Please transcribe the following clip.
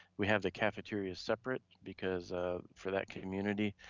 we have the cafeteria separate because for that community,